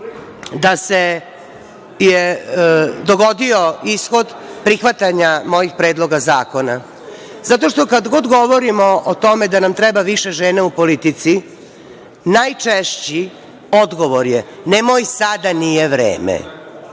da se dogodio ishod prihvatanja mojih predloga zakona? Zato što kada god govorimo o tome da nam treba više žena u politici, najčešći odgovor je – nemoj sada, nije vreme.